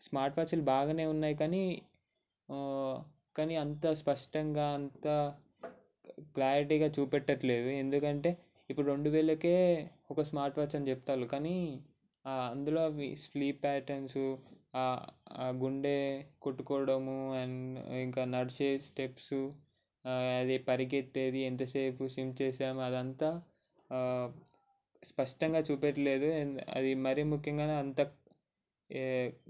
smart వాచ్లు బాగానే ఉన్నాయి కానీ కానీ అంత స్పష్టంగా అంత క్లారిటీగా చూపెట్టట్లేదు ఎందుకంటే ఇప్పుడు రెండు వేలకే ఒక స్మార్ట్ వాచ్ అని చెప్తారు కానీ అందులో అవి స్లీప్ ప్యాటన్స్ ఆ గుండె కొట్టుకోవడం అండ్ ఇంకా నడిచే స్టెప్స్ అది పరిగెత్తేది ఎంతసేపు స్విమ్ చేసాము అది అంతా స్పష్టంగా చూపెట్టలేదు అది మరీ ముఖ్యంగానూ అంత